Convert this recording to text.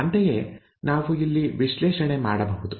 ಅಂತೆಯೇ ನಾವು ಇಲ್ಲಿ ವಿಶ್ಲೇಷಣೆ ಮಾಡಬಹುದು